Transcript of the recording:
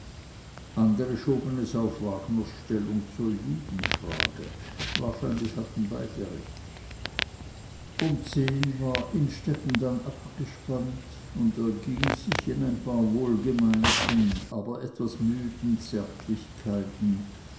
andere schoben es auf wagners stellung zur judenfrage wahrscheinlich hatten beide recht um zehn war innstetten dann abgespannt und erging sich in ein paar wohlgemeinten aber etwas müden zärtlichkeiten